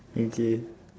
imagine